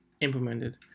implemented